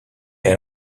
elle